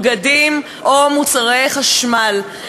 בגדים או מוצרי חשמל,